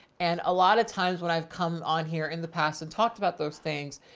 and a lot of times when i've come on here in the past and talked about those things,